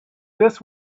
this